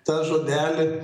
tą žodelį